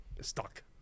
stuck